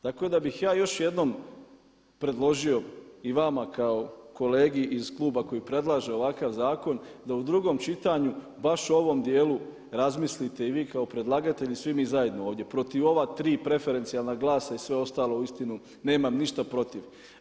Tako da bih ja još jednom predložio i vama kao kolegi iz kluba koji predlaže ovakav zakon da u drugom čitanju baš u ovom dijelu razmislite i vi kao predlagatelj i svi mi zajedno ovdje protiv ova tri preferencijalna glasa i sve ostalo uistinu nemam ništa protiv.